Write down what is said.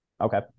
Okay